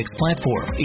platform